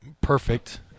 perfect